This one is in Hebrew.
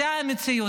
זאת המציאות.